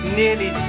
nearly